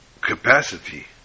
capacity